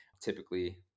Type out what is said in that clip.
typically